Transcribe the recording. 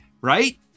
Right